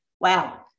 wow